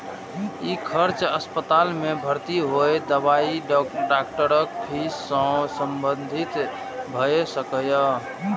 ई खर्च अस्पताल मे भर्ती होय, दवाई, डॉक्टरक फीस सं संबंधित भए सकैए